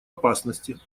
опасности